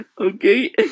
Okay